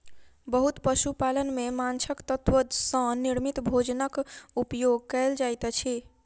बहुत पशु पालन में माँछक तत्व सॅ निर्मित भोजनक उपयोग कयल जाइत अछि